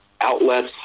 outlets